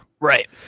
Right